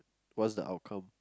what's the outcome